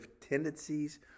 tendencies